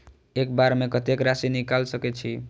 एक बार में कतेक राशि निकाल सकेछी?